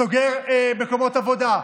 סוגר מקומות עבודה,